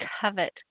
covet